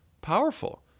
powerful